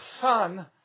son